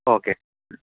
okay